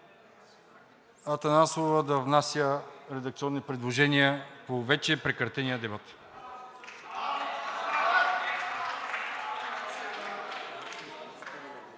Атанасова да внася редакционни предложения по вече прекратения дебат?